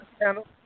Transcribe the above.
channel